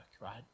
right